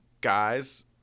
guys –